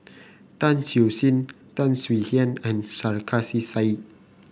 Tan Siew Sin Tan Swie Hian and Sarkasi Said